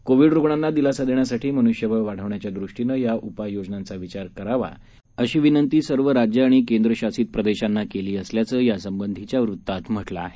Covid रुग्णांना दिलासा देण्यासाठी मन्ष्यबळ वाढवण्याच्या दृष्टीनं या उपाययोजनांचा विचार करावा अशी विनंती सर्व राज्य आणि केंद्रशासित प्रदेशांना केली असल्याचं यासंबंधीच्या वृतात म्हटलं आहे